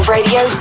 Radio